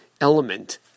element